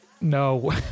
No